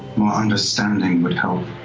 more understanding would help.